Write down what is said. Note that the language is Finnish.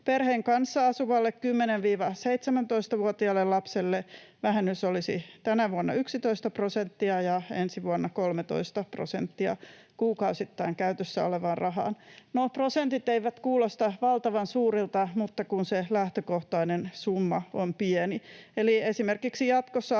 Perheen kanssa asuvalle 10—17-vuotiaalle lapselle vähennys olisi tänä vuonna 11 prosenttia ja ensi vuonna 13 prosenttia kuukausittain käytössä olevaan rahaan. Nuo prosentit eivät kuulosta valtavan suurilta, mutta kun se lähtökohtainen summa on pieni.